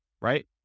right